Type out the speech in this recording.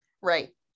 right